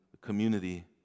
community